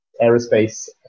aerospace